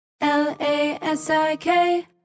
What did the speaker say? L-A-S-I-K